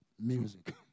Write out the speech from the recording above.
music